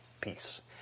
peace